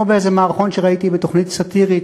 כמו באיזה מערכון שראיתי בתוכנית סאטירית,